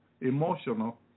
emotional